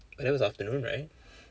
but that was afternoon right